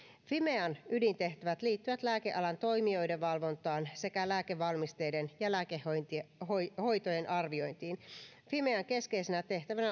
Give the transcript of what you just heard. fimean ydintehtävät liittyvät lääkealan toimijoiden valvontaan sekä lääkevalmisteiden ja lääkehoitojen arviointiin fimean keskeisenä tehtävänä